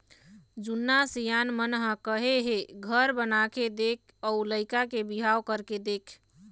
जुन्ना सियान मन ह कहे हे घर बनाके देख अउ लइका के बिहाव करके देख